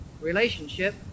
relationship